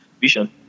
vision